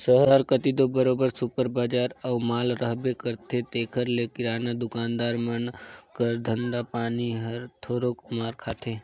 सहर कती दो बरोबेर सुपर बजार अउ माल रहबे करथे तेकर ले किराना दुकानदार मन कर धंधा पानी हर थोरोक मार खाथे